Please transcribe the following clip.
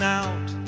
out